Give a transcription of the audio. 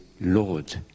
Lord